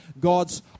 God's